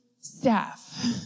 staff